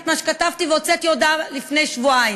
את מה שכתבתי והוצאתי הודעה לפני שבועיים.